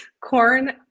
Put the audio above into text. corn